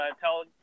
tell